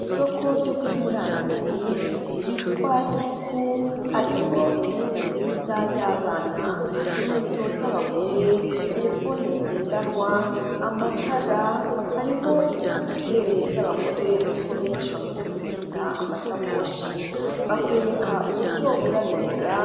Isoko ryo kuri murandasi ryitwa KiKUU, hariho imyenda myiza y'abana, inkweto z'abagore, terefone ngendanwa, amatara, hariho ibikapu yewe by'abagore nk'uko benshi bakunze kubyita amasakoshi, bakwereka uburyo urabigura,